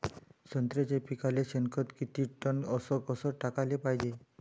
संत्र्याच्या पिकाले शेनखत किती टन अस कस टाकाले पायजे?